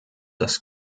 das